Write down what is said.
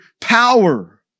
power